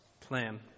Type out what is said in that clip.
plan